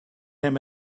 him